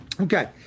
Okay